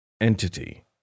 entity